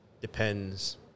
depends